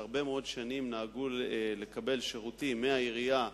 שהרבה מאוד שנים נהגו לקבל שירותים מהעירייה,